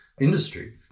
industry